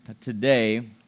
today